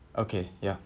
okay ya